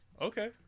Okay